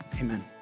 amen